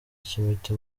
cy’imiti